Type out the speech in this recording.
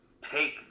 take